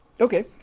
okay